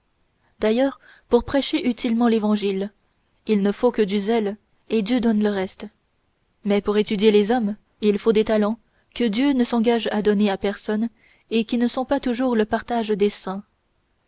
d'ailleurs pour prêcher utilement l'évangile il ne faut que du zèle et dieu donne le reste mais pour étudier les hommes il faut des talents que dieu ne s'engage à donner à personne et qui ne sont pas toujours le partage des saints